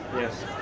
Yes